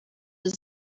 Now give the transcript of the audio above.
does